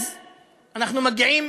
אז אנחנו מגיעים